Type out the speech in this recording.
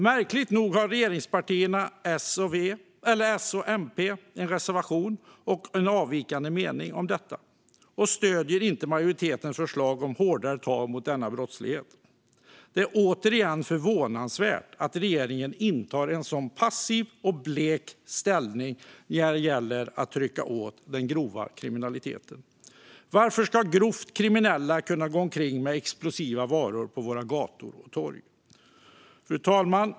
Märkligt nog har regeringspartierna S och MP en reservation och en avvikande mening om detta. De stöder inte majoritetens förslag om hårdare tag mot denna brottslighet. Det är återigen förvånansvärt att regeringen intar en sådan passiv och blek ställning när det gäller att trycka åt den grova kriminaliteten. Varför ska grovt kriminella kunna gå omkring med explosiva varor på våra gator och torg? Fru talman!